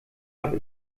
habe